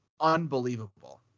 unbelievable